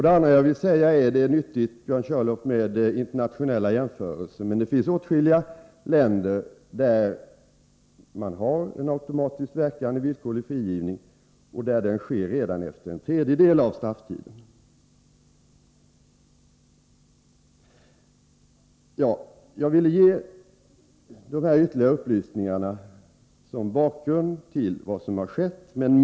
Den andra, Björn Körlof, är att det är nyttigt med internationella jämförelser. Men det finns åtskilliga länder där man har en automatiskt verkande villkorlig frigivning som inträder redan efter en tredjedel av strafftiden. Jag har velat lämna dessa ytterligare upplysningar som bakgrund till vad som skett.